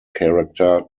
character